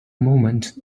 moment